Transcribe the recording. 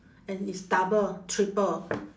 and it's double triple